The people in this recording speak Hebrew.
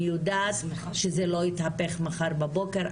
אני יודעת שזה לא יתהפך מחר בבוקר,